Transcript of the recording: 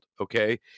Okay